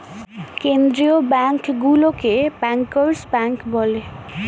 কেন্দ্রীয় ব্যাঙ্কগুলোকে bankers bank বলে